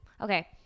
okay